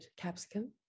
Capsicum